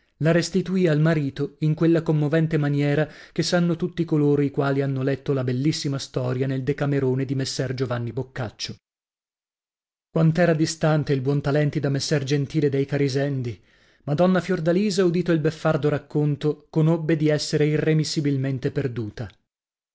la restituì al marito in quella commovente maniera che sanno tutti coloro i quali hanno letto la bellissima storia nel decamerone di messer giovanni boccaccio quant'era distante il buontalenti da messer gentile dei carisendi madonna fiordalisa udito il beffardo racconto conobbe di essere irremissibilmente perduta